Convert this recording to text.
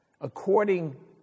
according